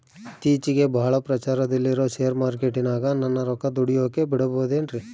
ಇತ್ತೇಚಿಗೆ ಬಹಳ ಪ್ರಚಾರದಲ್ಲಿರೋ ಶೇರ್ ಮಾರ್ಕೇಟಿನಾಗ ನನ್ನ ರೊಕ್ಕ ದುಡಿಯೋಕೆ ಬಿಡುಬಹುದೇನ್ರಿ?